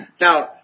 now